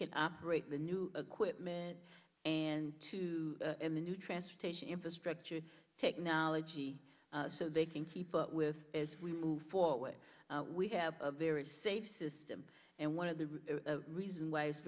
can operate the new equipment and to the new transportation infrastructure technology so they can keep up with as we move forward we have a very safe system and one of the reason why it's